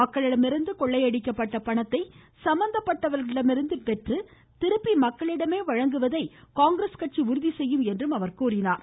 மக்களிடமிருந்து கொள்ளையடிக்கப்பட்ட பணத்தை மக்களிடமே சம்மந்தப்பட்டவர்களிடமிருந்து பெற்று திருப்பி வழங்குவதை காங்கிரஸ் கட்சி உறுதி செய்யும் என்றார்